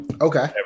Okay